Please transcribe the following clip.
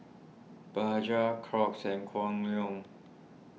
Bajaj Crocs and Kwan Loong